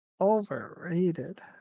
Overrated